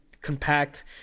compact